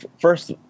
first